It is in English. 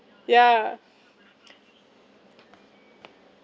yeah